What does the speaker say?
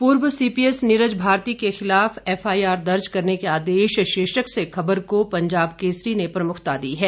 पूर्व सीपीएस नीरज भारती के खिलाफ एफआईआर दर्ज करने के आदेश शीर्षक से खबर को पंजाब केसरी ने प्रमुखता दी है